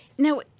Now